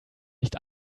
nicht